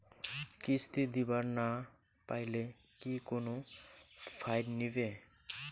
কিস্তি দিবার না পাইলে কি কোনো ফাইন নিবে?